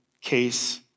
case